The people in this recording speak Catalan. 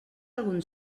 algun